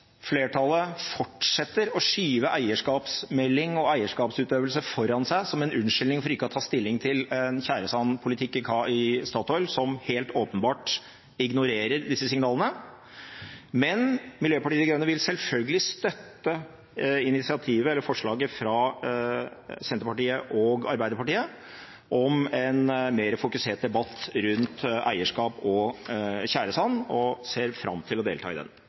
flertallet fortsetter å skyve eierskapsmelding og eierskapsutøvelse foran seg som en unnskyldning for ikke å ta stilling til en tjæresandpolitikk i Statoil som helt åpenbart ignorerer disse signalene. Men Miljøpartiet De Grønne vil selvfølgelig støtte initiativet – eller forslaget – fra Senterpartiet og Arbeiderpartiet om en mer fokusert debatt rundt eierskap og tjæresand, og ser fram til å delta i